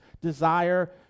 desire